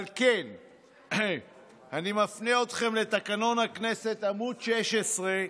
על כן אני מפנה אתכם לתקנון הכנסת, עמ' 16,